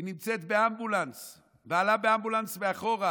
שכשהיא נמצאה באמבולנס ובעלה באמבולנס מאחור,